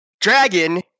Dragon